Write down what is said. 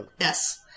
yes